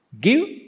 Give